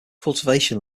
cultivation